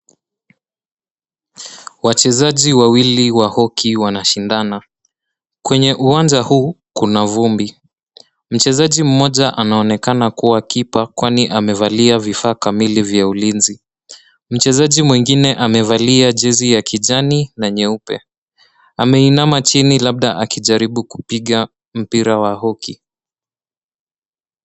Wachezani wawili wa hockey wanashindana. Kwenye uwanja huu kuna vumbi. Mchezaji mmoja anaonekana kuwa keeper kwani amevalia vifaa kamili vya ulinzi. Mchezaji mwingine amaevalia jezi ya kijani na nyeupe. Ameinama chini labda akijaribu kupiga mpira ya hockey .